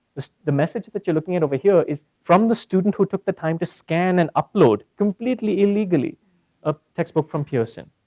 the the message that you're looking at over here is from the student who took the time to scan and upload, completely illegally ah textbook from pearson.